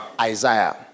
Isaiah